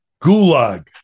gulag